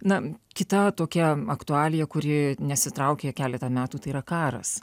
na kita tokia aktualija kuri nesitraukė keletą metų tai yra karas